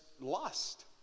lust